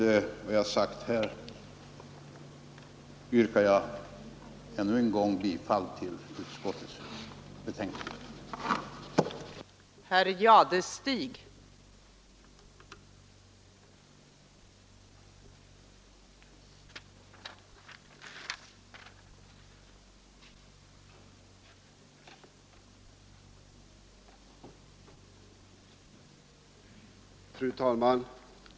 Med vad jag här sagt yrkar jag ännu en gång bifall till utskottets betänkande.